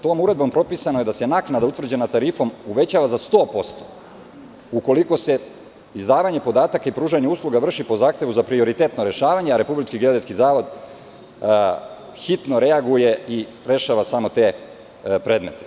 Tom uredbom propisano je da se naknada utvrđena tarifom uvećava za 100% ukoliko se izdavanje podataka i pružanje usluga vrši po zahtevu za prioritetno rešavanje, a RGZ hitno reaguje i rešava samo te predmete.